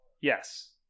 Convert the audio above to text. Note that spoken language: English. yes